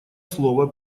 слово